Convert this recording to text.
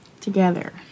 together